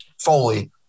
Foley